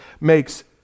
makes